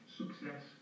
success